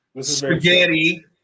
Spaghetti